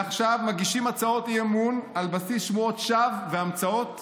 מעכשיו מגישים הצעות אי-אמון על בסיס שמועות שווא והמצאות.